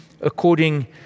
according